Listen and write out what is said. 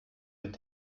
mit